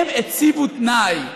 הם הציבו תנאי: